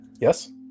Yes